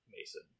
Mason